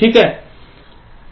ठीक आहे